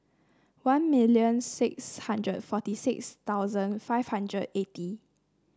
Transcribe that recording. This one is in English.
one million six hundred forty six thousand five hundred eighty